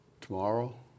tomorrow